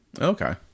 Okay